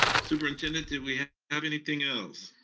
superintendent did we have anything else?